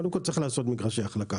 קודם כל צריך לעשות את מגרשי ההחלקה,